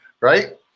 Right